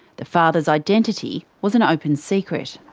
the father's identity was an open secret.